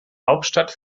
hauptstadt